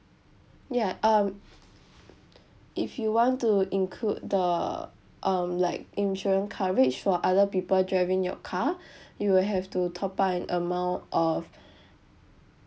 ya um if you want to include the um like insurance coverage for other people driving your car you will have to top up an amount of